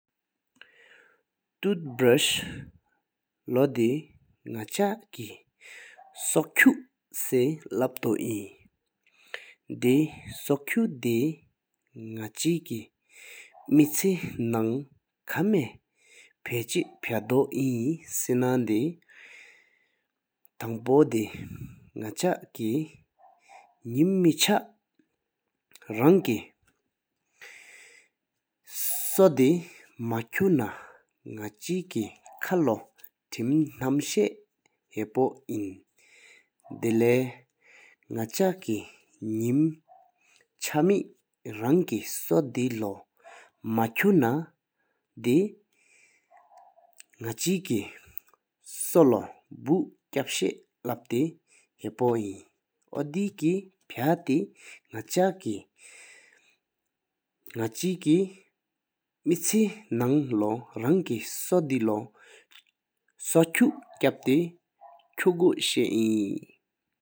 ཐུཊསཕུས་ལོ་དེ་ནག་ཆ་ཁེ་སོ་ཁུ་སེ་ལབ་ཏོ་ཨིན། དེ་སོ་ཁུ་དེ་ནག་ཆེ་མེ་ཆེ་ནང་ཁ་སེ་མེ་ཕ་ཆེ་ཕ་ཏོ་ཨིན་སེ་ན་དེ། ཐང་པོ་དེ་ནག་ཆ་ཁེ་ནི་མེ་ཆ་རང་ཁ་དེ་མ་ཇང་ན་ནག་ཆེ་ཁ་ཁ་བོ་ནམ་གཤ་ཧ་པོ་ཨིན། དེ་ལེརེ་ནག་ཆ་ཁེ་ནི་མ་ཆེ་རང་ཁ་སོ་དེ་སོ་པོ་གཤ་ཧ་པོ་ཨིན། ཨོ་དེ་ཁེ་ཕ་ཞྭེ་ནག་ཆ་ཁེ་ནག་ཆེ་མེ་ཆེ་ནང་ལོ་རང་ཁ་སོ་དེ་སོ་ཁུ་ཁེ་བསྟ་ཤ་ཨིན།